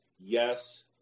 yes